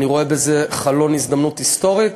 אני רואה בזה חלון הזדמנות היסטורי.